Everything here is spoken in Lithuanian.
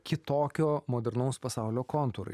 kitokio modernaus pasaulio kontūrai